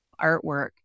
artwork